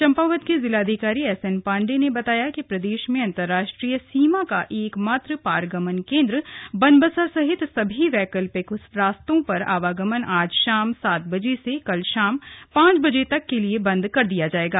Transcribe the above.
चंपावत के जिलाधिकारी S N Pande ने बताया कि प्रदेश में अंतराष्ट्रीय सीमा का एकमात्र पारगमन केंद्र बनबसा सहित सभी वैकिल्पक रास्तों पर आवागमन आज शाम सात बजे से कल शाम पांच बजे तक के लिए बंद कर दिया जाएगा